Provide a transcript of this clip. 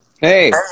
Hey